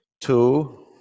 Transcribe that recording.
two